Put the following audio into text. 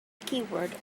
keyword